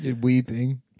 Weeping